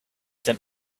them